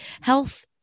health